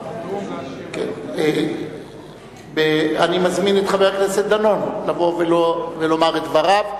אני מזמין את חבר הכנסת דני דנון לבוא ולומר את דבריו.